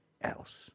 else